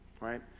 right